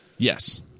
Yes